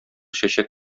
чәчәк